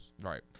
Right